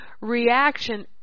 reaction